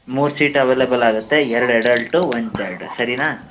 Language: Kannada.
ಮೂರು ಸೀಟ್ ಅವೈಲಬಲ್ ಆಗುತ್ತೆ ಎರಡು ಅಡಲ್ಟು ಒಂದು ಚೈಲ್ಡು ಸರಿನಾ